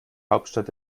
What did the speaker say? hauptstadt